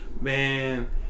Man